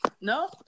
No